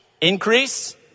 Increase